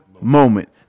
moment